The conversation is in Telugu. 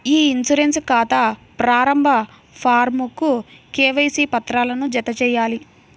ఇ ఇన్సూరెన్స్ ఖాతా ప్రారంభ ఫారమ్కు కేవైసీ పత్రాలను జతచేయాలి